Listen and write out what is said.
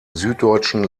süddeutschen